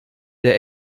der